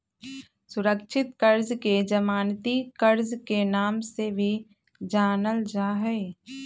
सुरक्षित कर्ज के जमानती कर्ज के नाम से भी जानल जाहई